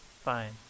fine